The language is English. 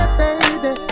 baby